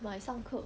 买上课